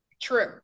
True